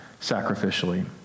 sacrificially